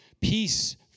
peace